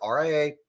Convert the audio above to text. ria